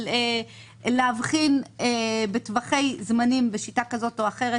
של להבחין בטווחי זמנים בשיטה כזו או אחרת